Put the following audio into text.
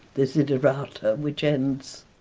desiderata which ends,